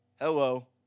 hello